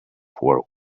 poor